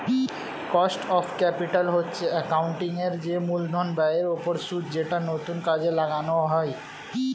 cost of capital হচ্ছে accounting এর যে মূলধন ব্যয়ের ওপর সুদ যেটা নতুন কাজে লাগানো হয়